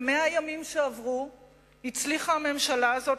ב-100 הימים שעברו הצליחה הממשלה הזאת